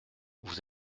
vous